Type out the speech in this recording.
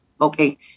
Okay